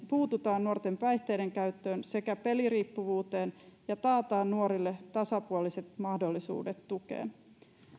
puututaan nuorten päihteiden käyttöön sekä peliriippuvuuteen ja taataan nuorille tasapuoliset mahdollisuudet tukeen